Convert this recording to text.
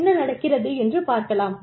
என்ன நடக்கிறது என்று பார்க்கலாம்